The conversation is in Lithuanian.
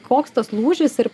koks tas lūžis ir